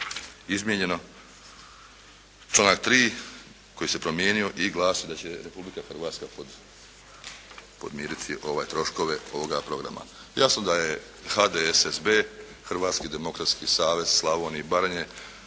izmijenjeno, članak 3. koji se promijenio i glasi da će Republika Hrvatska podmiriti troškove ovoga programa. Jasno je da je HDSSB, Hrvatski demokratski savez Slavonije i Baranje